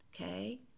okay